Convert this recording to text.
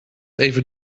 even